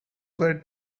were